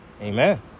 Amen